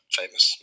famous